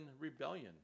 rebellion